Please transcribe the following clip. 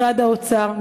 משרד האוצר,